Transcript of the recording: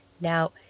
Now